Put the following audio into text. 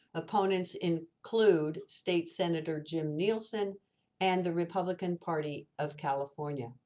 opponents include state senator jim nielsen and the republican party of california.